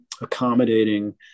accommodating